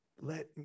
let